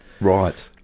Right